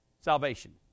salvation